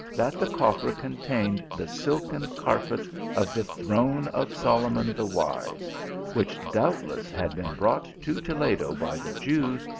that the coffer contained the silken carpet of the throne of solomon the wise which doubtless had been brought to toledo by the jews,